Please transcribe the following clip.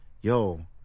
yo